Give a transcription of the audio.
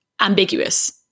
ambiguous